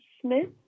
Smith